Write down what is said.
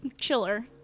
chiller